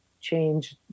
change